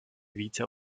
více